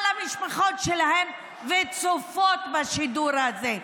על המשפחות שלהן, וצופות בשידור הזה.